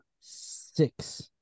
six